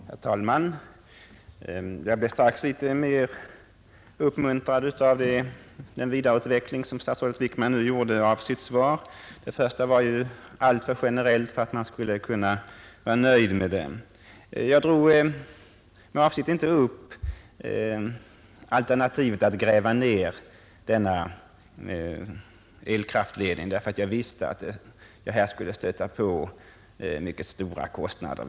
Herr talman! Jag blir strax litet mer uppmuntrad av den vidareutveckling som statsrådet Wickman nu gjorde i sitt svar. Detta var i hans första anförande alltför generellt för att man skulle kunna vara nöjd med det. Jag nämnde med avsikt inte alternativet att gräva ned ifrågavarande elkraftledning därför att jag visste att det skulle innebära mycket stora kostnader.